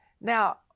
Now